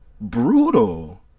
brutal